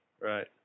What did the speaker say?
Right